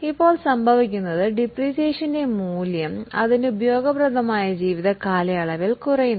എന്തെന്നാൽ ഡിപ്രീസിയേഷൻ്റെ മൂല്യം യൂസ്ഫുൾ ലൈഫ് കാലയളവിൽ ആണ് കണക്കാക്കുന്നത്